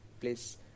place